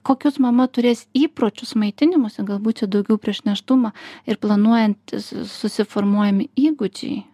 kokius mama turės įpročius maitinimosi galbūt čia daugiau prieš nėštumą ir planuojant susiformuojami įgūdžiai